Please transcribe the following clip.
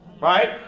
Right